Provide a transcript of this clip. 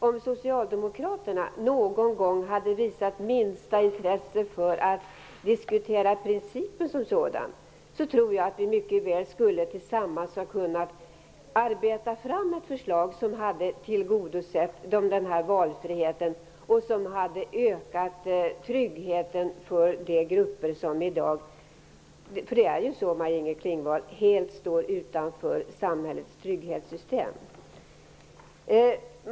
Om Socialdemokraterna någon gång hade visat minsta intresse för att diskutera principen som sådan, tror jag att vi mycket väl tillsammans skulle ha kunnat arbeta fram ett förslag som hade tillgodosett valfriheten och som hade ökat tryggheten för de grupper som i dag, för det är så Maj-Inger Klingvall, helt står utanför samhällets trygghetssystem.